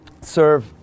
serve